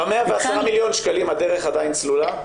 ב-110 מיליון שקלים הדרך עדיין סלולה?